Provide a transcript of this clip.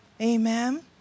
Amen